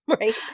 right